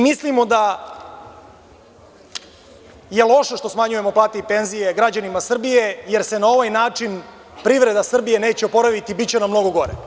Mislimo da je loše što smanjujemo plate i penzije građanima Srbije, jer se na ovaj način privreda Srbije neće oporaviti, biće nam mnogo gore.